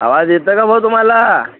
आवाज येत आहे ना भाऊ तुम्हाला